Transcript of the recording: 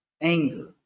anger